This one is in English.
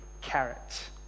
carrot